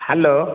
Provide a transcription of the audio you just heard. hello